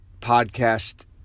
podcast